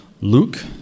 Luke